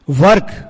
Work